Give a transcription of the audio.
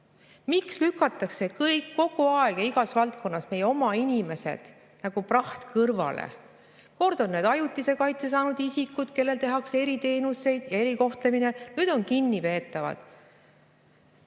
Miks lükatakse kogu aeg ja igas valdkonnas meie oma inimesed nagu praht kõrvale? Kord on need ajutise kaitse saanud isikud, kellele tehakse eriteenuseid ja on erikohtlemine, ning nüüd on need kinnipeetavad.